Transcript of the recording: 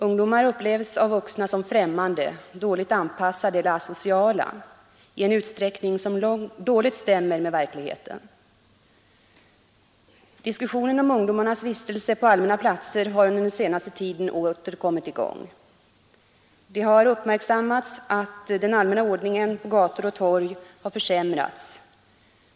Ungdomar upplevs av vuxna som främmande, dåligt anpassade eller asociala i en utsträckning som illa stämmer med verkligheten. Diskussionen om ungdomarnas vistelse på allmänna platser har under den senaste tiden åter kommit i gång. Det har uppmärksammats att den allmänna ordningen på gator och torg har försämrats.